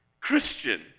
Christian